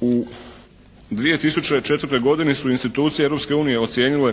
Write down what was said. U 2004. godini su institucije Europske unije ocijenile